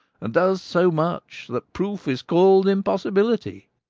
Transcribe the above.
and does so much that proof is call'd impossibility.